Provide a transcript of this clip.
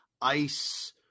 ice